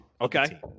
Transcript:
Okay